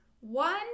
One